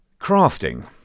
Crafting